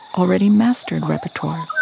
already mastered repertoire.